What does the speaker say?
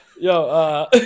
yo